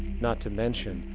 not to mention,